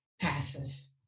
passes